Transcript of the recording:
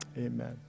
amen